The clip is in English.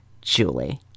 Julie